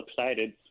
excited